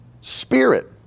spirit